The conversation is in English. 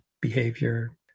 behavior